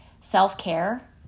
self-care